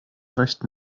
reicht